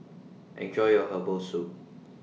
Enjoy your Herbal Soup